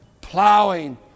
plowing